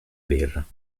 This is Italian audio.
birra